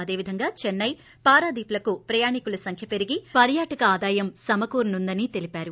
అదేవిధంగా చైస్పై పారదీప్లకు ప్రయాణికుల సంఖ్య పెరిగి పర్యాటక ఆదాయం సమకూరునుందని తెలిపారు